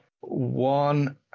one